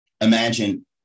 Imagine